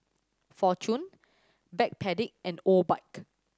Fortune Backpedic and Obike